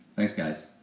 thanks, guys.